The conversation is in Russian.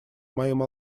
моим